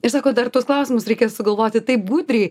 ir sako dar tuos klausimus reikia sugalvoti taip budriai